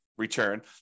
return